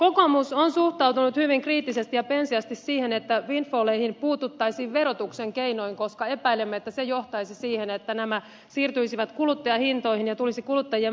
kokoomus on suhtautunut hyvin kriittisesti ja penseästi siihen että windfalleihin puututtaisiin verotuksen keinoin koska epäilemme että se johtaisi siihen että nämä siirtyisivät kuluttajahintoihin ja tulisivat kuluttajien maksettaviksi